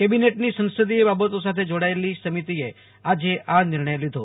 કેબિનેટની સંસદીય બાબતો સાથે જોડાયેલી સમિતિએ આજે આ નિર્ણય લીધો